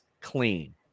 clean